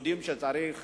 יודעים שתמורת